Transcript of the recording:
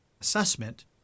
assessment